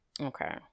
Okay